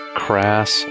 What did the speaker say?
crass